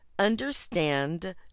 Understand